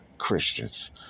Christians